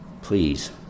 Please